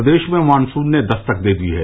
प्रदेश में मानसून ने दस्तक दे दी है